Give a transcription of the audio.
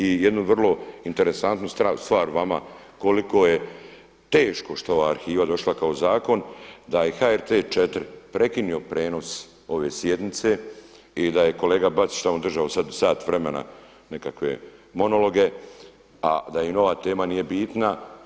I jednu vrlo interesantnu stvar vama koliko je teško što je ova arhiva došla kao zakon da je i HRT 4 prekinuo prijenos ove sjednice i da je kolega Bačić tamo držao sada sat vremena nekakve monologe, a da im ova tema nije bitna?